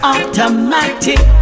Automatic